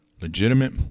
legitimate